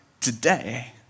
today